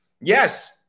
Yes